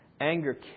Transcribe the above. Anger